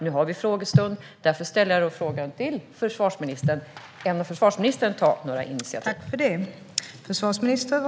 Nu har vi frågestund, och jag ställer därför frågan till försvarsministern: Ämnar försvarsministern ta några initiativ?